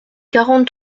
quarante